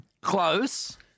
Close